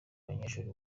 abanyeshuri